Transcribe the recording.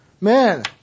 man